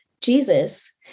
Jesus